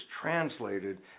translated